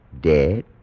Dead